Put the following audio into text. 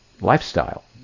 lifestyle